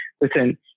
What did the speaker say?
listen